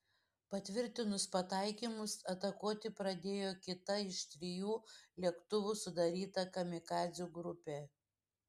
patvirtinus pataikymus atakuoti pradėjo kita iš trijų lėktuvų sudaryta kamikadzių grupė